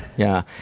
yeah.